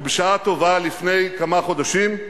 ובשעה טובה, לפני כמה חודשים,